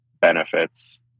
benefits